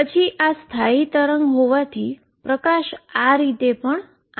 પછી આ standing wave હોવાથી લાઈટ આ રીતે પણ આવે છે